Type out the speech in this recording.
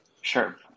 Sure